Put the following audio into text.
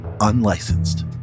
Unlicensed